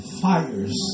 fires